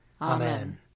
Amen